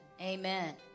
Amen